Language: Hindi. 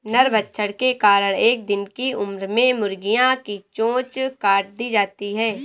नरभक्षण के कारण एक दिन की उम्र में मुर्गियां की चोंच काट दी जाती हैं